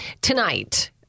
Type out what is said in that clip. Tonight